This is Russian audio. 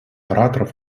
ораторов